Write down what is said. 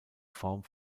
form